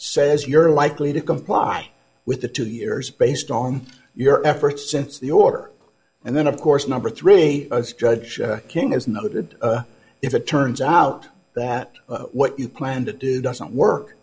says you're likely to comply with the two years based on your efforts since the order and then of course number three judge king is noted if it turns out that what you plan to do doesn't work